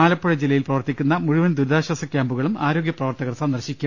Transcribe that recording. ആലപ്പുഴ ജില്ലയിൽ പ്രവർത്തിക്കുന്ന മുഴു്വൻ ദൂരിതാശ്ചാസ ക്യാമ്പുകളും ആരോഗ്യ പ്രവർത്തകർ സന്ദർശിക്കും